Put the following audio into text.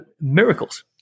miracles